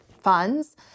funds